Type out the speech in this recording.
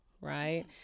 Right